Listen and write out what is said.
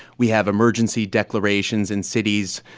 we have emergency declarations in cities.